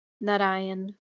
Narayan